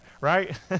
right